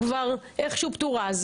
כבר איכשהו פתורה.